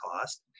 cost